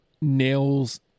nails